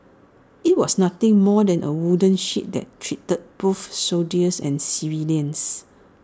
IT was nothing more than A wooden shed that treated both soldiers and civilians